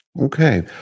Okay